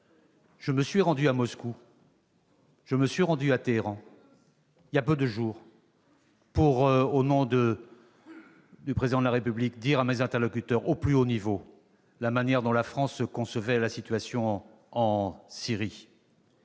Je me suis rendu à Moscou et à Téhéran voilà peu de jours pour dire, au nom du Président de la République, à mes interlocuteurs, au plus haut niveau, la manière dont la France concevait la situation en Syrie.